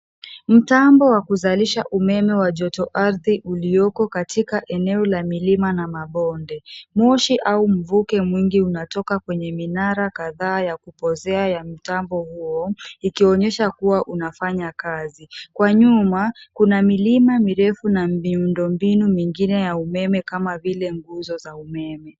Mtambo wa kuzalisha umeme wa jotoardhi ulioko katika eneo la milima na mabonde. Moshi au mvuke mwingi unatoka kwenye minara kadhaa ya kupozea ya mtambo huo, ikionyesha kuwa unafanya kazi. Kwa nyuma, kuna milima mirefu na miundombinu mingine ya umeme kama vile nguzo za umeme.